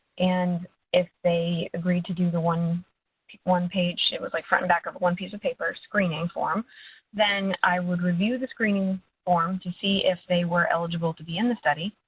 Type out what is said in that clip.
and if they agreed to do the one one page it was, like, front and back of one piece of paper, a screening form then i would review the screening form to see if they were eligible to be in the study.